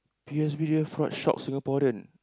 P_O_S_B you have fraud shock Singaporean